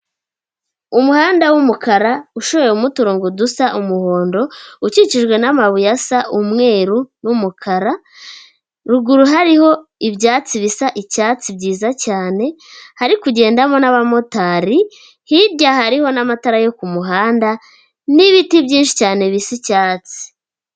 Umuhanda w'umukara ushoyemo uturongo dusa umuhondo, ukikijwe n'amabuye asa umweru n'umukara, ruguru hariho ibyatsi bisa icyatsi byiza cyane, hari kugendamo n'abamotari, hirya hariho n'amatara yo ku muhanda n'ibiti byinshi cyane bisa icyatsi.